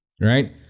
Right